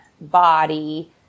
body